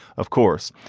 of course.